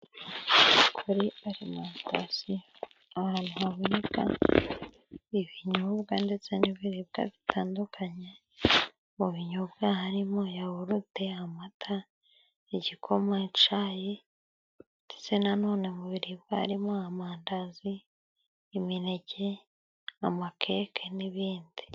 Kuri alimantasi ahantu haboneka ibinyobwa ndetse n'ibiribwa bitandukanye. Mu binyobwa harimo yawurute, amata, igikoma, icayi, ndetse nanone mu biribwa harimo amandazi, imineke amakeke n'ibindi.